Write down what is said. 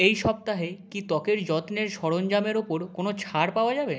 এই সপ্তাহে কি ত্বকের যত্নের সরঞ্জামের ওপর কোনো ছাড় পাওয়া যাবে